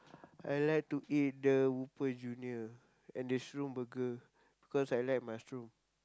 I like to eat the Whopper-Junior and the Shroom Burger because I like mushroom